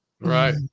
Right